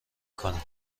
کنم